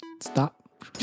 Stop